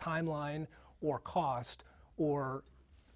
timeline or cost or